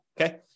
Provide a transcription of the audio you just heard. okay